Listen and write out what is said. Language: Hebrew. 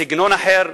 בסגנון אחר,